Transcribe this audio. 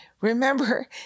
remember